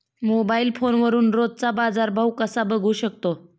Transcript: Mobile फोनवरून रोजचा बाजारभाव कसा बघू शकतो?